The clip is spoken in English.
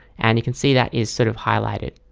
and you can see that is sort of highlighted.